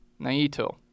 Naito